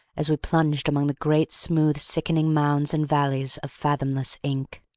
as we plunged among the great smooth sickening mounds and valleys of fathomless ink.